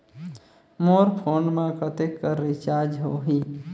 मोर phone मा कतेक कर रिचार्ज हो ही?